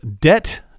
debt